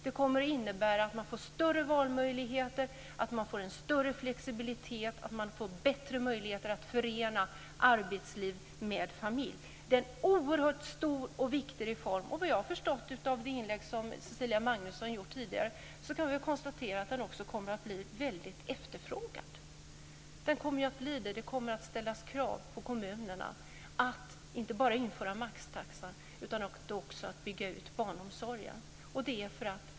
Det innebär att man får större valmöjligheter, en större flexibilitet och bättre möjligheter att förena arbetsliv med familj. Det är en oerhört stor och viktig reform. Såvitt jag har förstått av Cecilia Magnussons tidigare inlägg kommer den också att bli väldigt efterfrågad. Det kommer att ställas krav på kommunerna, inte bara på att de ska införa maxtaxan utan också på att de ska bygga ut barnomsorgen.